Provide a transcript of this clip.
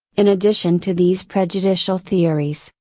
in addition to these prejudicial theories,